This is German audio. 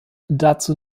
dazu